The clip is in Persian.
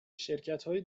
شرکتهای